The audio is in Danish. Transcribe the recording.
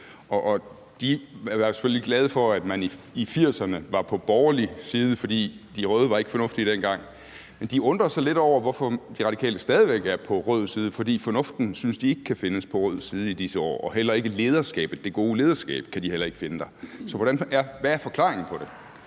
de er selvfølgelig glade for, at man i 1980'erne var på borgerlig side, fordi de røde ikke var fornuftige dengang. De undrer sig lidt over, hvorfor De Radikale stadig væk er på rød side, for fornuften synes de ikke kan findes på rød side i disse år, og heller ikke det gode lederskab kan de finde der. Så hvad er forklaringen på det?